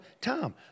Tom